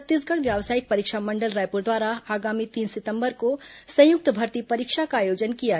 छत्तीसगढ़ व्यावसायिक परीक्षा मंडल रायपुर द्वारा आगामी तीन सितम्बर को संयुक्त भर्ती परीक्षा का आयोजन किया जाएगा